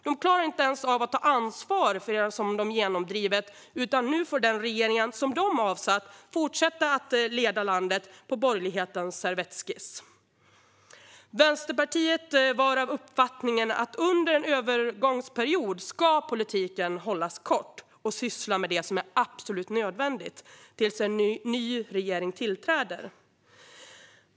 De klarar inte ens av att ta ansvar för det som de har genomdrivit, utan nu får den regering som de har avsatt fortsätta att leda landet med borgerlighetens servettskiss. Vänsterpartiet var av uppfattningen att under en övergångsperiod ska politiken hållas kort och syssla med det som är absolut nödvändigt tills en ny regering tillträder.